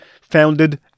founded